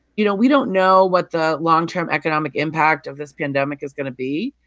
you know, we don't know what the long-term economic impact of this pandemic is going to be.